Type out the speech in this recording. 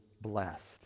blessed